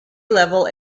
level